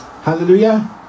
Hallelujah